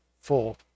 full